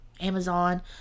Amazon